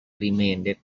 remained